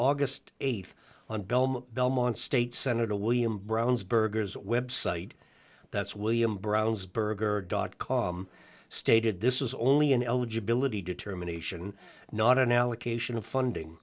august th on belmont belmont state senator william brown's burgers website that's william brown's burger dot com stated this is only an eligibility determination not an allocation of funding